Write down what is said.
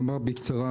אומר בקצרה,